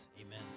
amen